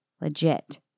legit